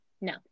No